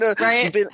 Right